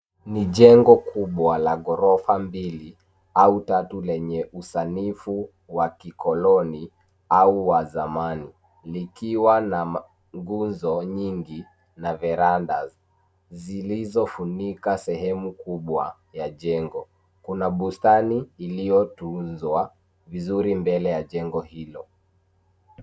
Ni jengo kubwa la ghorofa mbili au tatu lenye usanifu wa kikoloni au wa zamani likiwa na ma nguzo nyingi na verandahs zilizofunika sehemu kubwa ya jengo. Kuna bustani iliyotunzwa vizuri mbele ya jengo hilo.